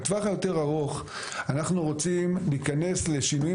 בטווח היותר ארוך אנחנו רוצים להיכנס לשינויים